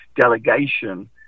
delegation